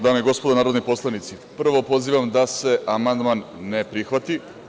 Dame i gospodo narodni poslanici, prvo pozivam da se amandman ne prihvati.